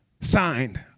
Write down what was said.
Signed